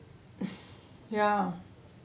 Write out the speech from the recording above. ya